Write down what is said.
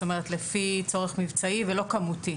זאת אומרת, לפי צורך מבצעי ולא כמותי.